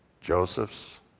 Joseph's